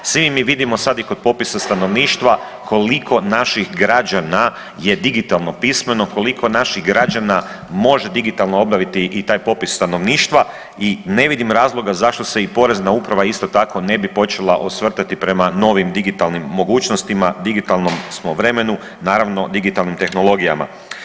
Svi mi vidimo sad i kod popisa stanovništva koliko naših građana je digitalno pismeno, koliko naših građana može digitalno obaviti i taj popis stanovništva i ne vidim razloga zašto se i Porezna uprava isto tako ne bi počela osvrtati prema novim digitalnim mogućnostima, u digitalnom smo vremenu, naravno digitalnim tehnologijama.